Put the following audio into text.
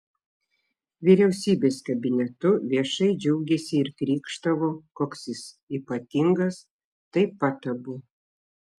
vyriausybės kabinetu viešai džiaugėsi ir krykštavo koks jis ypatingas taip pat abu